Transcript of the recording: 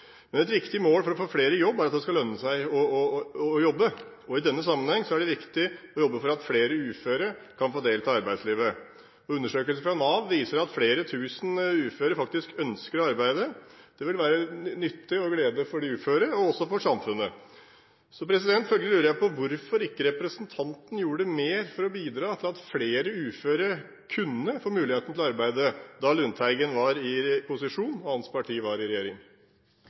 Et viktig mål for å få flere i jobb er at det skal lønne seg å jobbe. I denne sammenheng er det viktig å jobbe for at flere uføre kan få delta i arbeidslivet. Undersøkelser fra Nav viser at flere tusen uføre faktisk ønsker å arbeide. Det vil være til nytte og glede for de uføre og også for samfunnet. Følgelig lurer jeg på hvorfor ikke representanten gjorde mer for å bidra til at flere uføre kunne få muligheten til å arbeide da Lundteigen var i posisjon, og hans parti var i regjering.